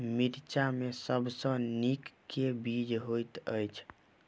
मिर्चा मे सबसँ नीक केँ बीज होइत छै?